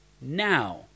Now